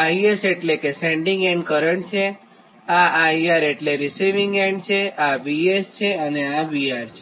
આ IS એટલે કે સેન્ડીંગ એન્ડ કરંટ છેઆ IR રીસિવીંગ એન્ડ કરંટ છે આ VS છે અને આ VR છે